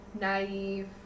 naive